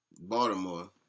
Baltimore